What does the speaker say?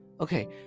Okay